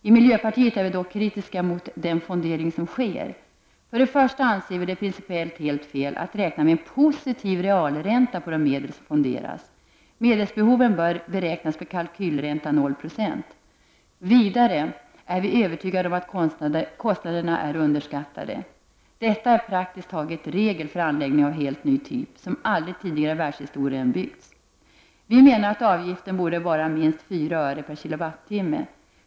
I miljöpartiet är vi dock kritiska mot den fondering som sker. Först och främst anser vi det principiellt helt fel att räkna med en positiv realränta på de medel som fonderas. Medelsbehoven bör beräknas med en kalkylränta på 0 96. Vidare är vi övertygade om att kostnaderna är underskattade. Detta är praktiskt taget regel för anläggningar av helt ny typ som aldrig tidigare i världshistorien har byggts. Vi menar att avgiften borde vara minst 4 öre per kWh.